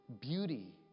beauty